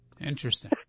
Interesting